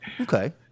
Okay